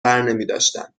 برنمیداشتن